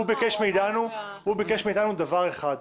הוא אמר ש --- הוא ביקש מאיתנו דבר אחד,